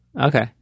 Okay